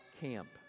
camp